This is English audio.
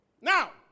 Now